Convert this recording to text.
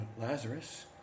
Lazarus